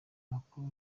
amakuru